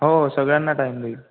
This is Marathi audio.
हो हो सगळ्यांना टाईम देईल